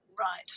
Right